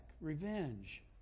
revenge